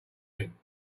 doing